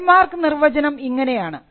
trade mark നിർവചനം ഇങ്ങനെയാണ്